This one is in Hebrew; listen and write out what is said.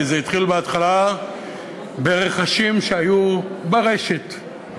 כי זה התחיל ברחשים שהיו ברשת,